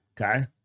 Okay